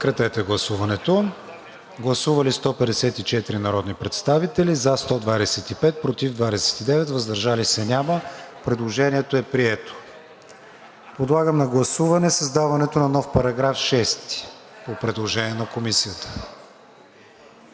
на прегласуване § 5. Гласували 159 народни представители: за 113, против 46, въздържали се няма. Предложението е прието. Подлагам на гласуване създаването на нов § 6 по предложение на Комисията.